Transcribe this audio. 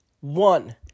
One